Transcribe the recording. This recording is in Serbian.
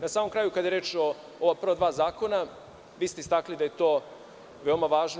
Na samom kraju kada je reč o ova prva dva zakona, vi ste istakli da je to veoma važno.